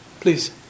Please